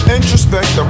Introspect